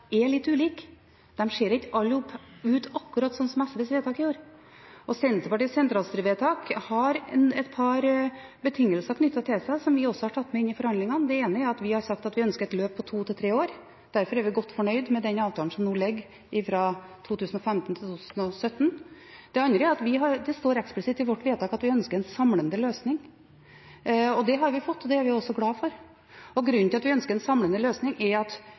er litt ulike. De ser ikke alle ut akkurat som SVs vedtak gjorde. Senterpartiets sentralstyrevedtak har et par betingelser knyttet til seg, som vi også har tatt med inn i forhandlingene. Det ene er at vi har sagt at vi ønsker et løp på 2–3 år. Derfor er vi godt fornøyd med den avtalen som nå foreligger, og som gjelder 2015–2017. Det andre er at det står eksplisitt i vårt vedtak at vi ønsker en samlende løsning. Det har vi fått, og det er vi også glade for. Grunnen til at vi ønsker en samlende løsning, er at